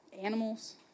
animals